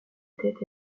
tête